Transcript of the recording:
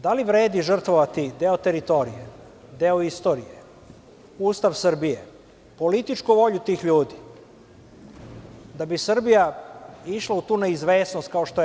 Da li vredi žrtvovati deo teritorije, deo istorije, Ustav Srbije, političku volju tih ljudi, da bi Srbija išla u tu neizvesnost kao što je EU?